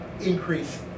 increase